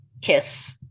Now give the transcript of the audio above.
kiss